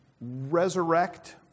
resurrect